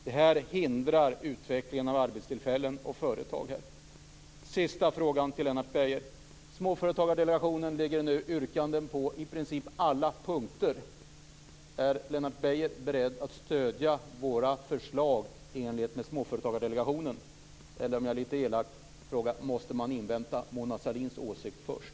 Det hindrar utveckling av arbetstillfällen och företag. Jag har en sista fråga till Lennart Beijer. När det gäller Småföretagsdelegationens förslag finns det nu yrkanden på i princip alla punkter. Är Lennart Beijer beredd att stödja våra förslag i enlighet med Småföretagsdelegationen? Eller, om jag är lite elak, måste man invänta Mona Sahlins åsikt först?